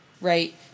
Right